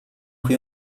qui